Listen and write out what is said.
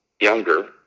younger